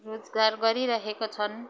रोजगार गरिरहेको छन्